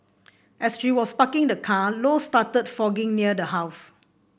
as she was parking the car Low started fogging near the house